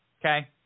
Okay